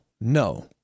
no